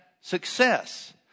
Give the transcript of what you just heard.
success